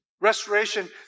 restoration